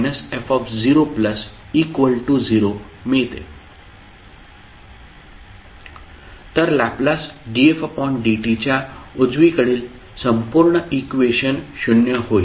तर Ldfdt च्या उजवीकडील संपूर्ण इक्वेशन शून्य होईल